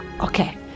Okay